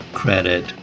credit